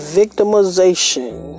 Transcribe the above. victimization